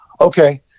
okay